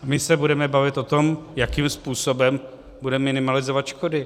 My se budeme bavit o tom, jakým způsobem budeme minimalizovat škody.